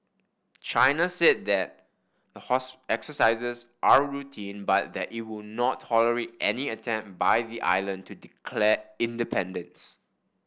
China said that the exercises are routine but that it will not tolerate any attempt by the island to declare independence